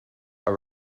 are